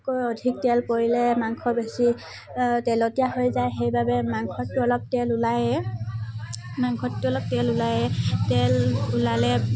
কৈ অধিক তেল পৰিলে মাংস বেছি তেলতীয়া হৈ যায় সেইবাবে মাংসতটো অলপ তেল ওলাইয়েই মাংসতটো অলপ তেল ওলায়েই তেল ওলালে